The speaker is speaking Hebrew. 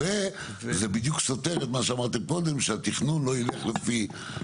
וזה בדיוק סותר את מה שאמרתם קודם שהתכנון לא ילך לפי,